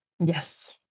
Yes